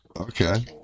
Okay